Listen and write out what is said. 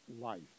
life